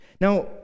Now